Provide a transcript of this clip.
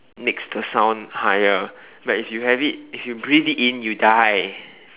makes the sound higher but if you have it if you breathe it in you die